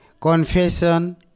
Confession